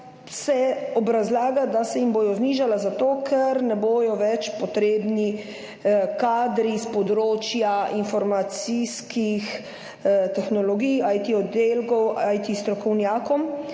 se obrazlaga, da se jim bodo znižala zato, ker ne bodo več potrebni kadri s področja informacijskih tehnologij, IT oddelkov, IT strokovnjakom,